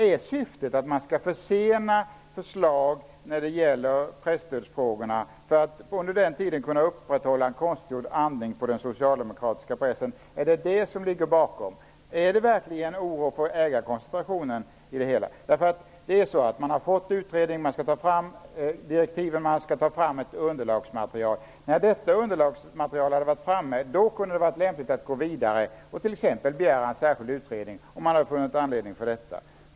Är syftet att förslag som gäller presstödsfrågorna skall försenas för att man under tiden skall kunna upprätthålla en konstgjord andning på den socialdemokratiska pressen? Är det den tanken som ligger bakom snarare än en verklig oro över ägarkoncentrationen? En utredning är tillsatt, och den har fått direktiv och underlagsmaterial. När underlagsmaterialet är framtaget kunde det vara lämpligt att gå vidare och t.ex. begära en särskild utredning, om man finner anledning för detta.